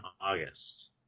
August